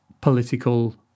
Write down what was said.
political